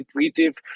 intuitive